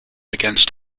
against